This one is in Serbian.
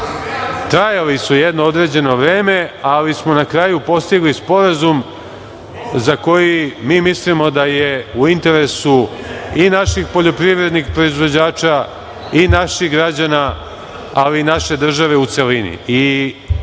trajali su jedno određeno vreme, ali smo na kraju postigli sporazum za koji mi mislimo da je u interesu i naših poljoprivrednih proizvođača i naših građana, ali i naše države u celini. Ono